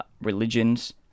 religions